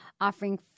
offering